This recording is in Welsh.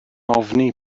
ofni